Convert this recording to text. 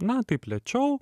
na taip lėčiau